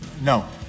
No